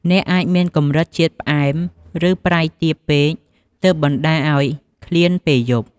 អ្នកអាចមានកម្រិតជាតិផ្អែមឬប្រៃទាបពេក ទើបបណ្តាលអោយឃ្លានពេលយប់។